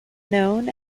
known